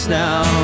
now